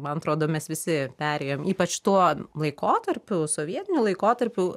man atrodo mes visi perėjom ypač tuo laikotarpiu sovietiniu laikotarpiu